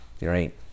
Right